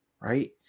right